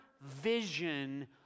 vision